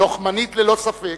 לוחמנית ללא ספק,